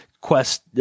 quest